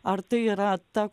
ar tai yra ta